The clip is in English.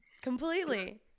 completely